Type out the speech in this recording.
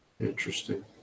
Interesting